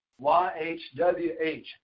YHWH